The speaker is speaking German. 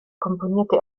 komponierte